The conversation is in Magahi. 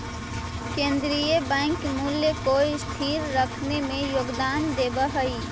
केन्द्रीय बैंक मूल्य को स्थिर रखने में योगदान देवअ हई